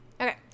okay